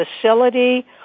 facility